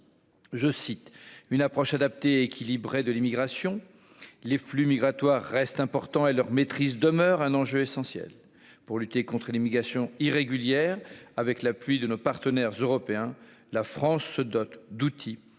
Je cite une approche adaptée et équilibrée de l'immigration, les flux migratoires reste important et leur maîtrise demeure un enjeu essentiel pour lutter contre l'immigration irrégulière avec la pluie de nos partenaires européens, la France se dote d'outils